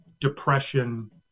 depression